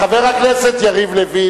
חבר הכנסת יריב לוין,